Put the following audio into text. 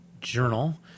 journal